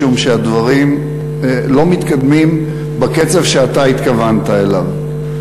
משום שהדברים לא מתקדמים בקצב שאתה התכוונת אליו.